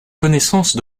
connaissance